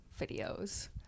videos